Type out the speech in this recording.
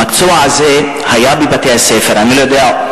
המקצוע הזה היה בבתי-הספר, אני לא יודע,